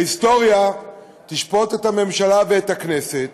ההיסטוריה תשפוט את הממשלה ואת הכנסת